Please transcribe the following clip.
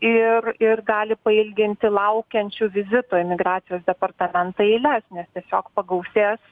ir ir gali pailginti laukiančių vizito į migracijos departamentą eiles nes tiesiog pagausės